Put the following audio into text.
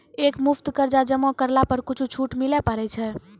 एक मुस्त कर्जा जमा करला पर कुछ छुट मिले पारे छै?